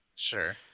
Sure